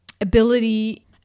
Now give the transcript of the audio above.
ability